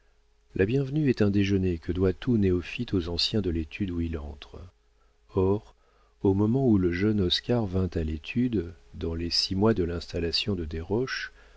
la bienvenue est un déjeuner que doit tout néophyte aux anciens de l'étude où il entre or au moment où le jeune oscar vint à l'étude dans les six mois de l'installation de desroches